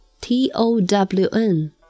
t-o-w-n